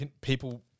people